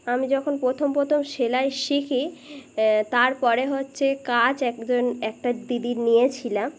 আমি যখন প্রথম প্রথম সেলাই শিখি তারপরে হচ্ছে কাজ একজন একটা দিদির নিয়েছিলাম